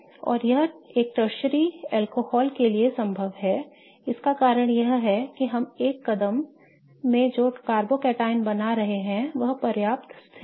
और यह एक टर्शरी अल्कोहल के लिए संभव है इसका कारण यह है कि हम एक कदम में जो कार्बोकैटायन बना रहे हैं वह पर्याप्त स्थिर है